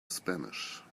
spanish